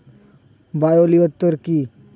Bio লিওর কি?